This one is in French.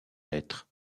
naître